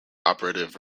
operative